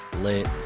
lit